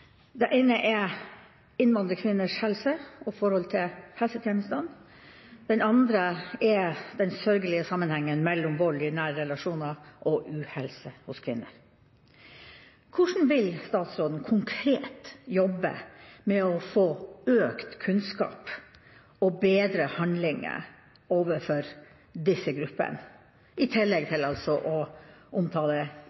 Det ene er innvandrerkvinners helse og forholdet til helsetjenestene. Det andre er den sørgelige sammenhengen mellom vold i nære relasjoner og uhelse hos kvinner. Hvordan vil statsråden jobbe konkret med å få økt kunnskap og bedre tiltak overfor disse gruppene, i tillegg til å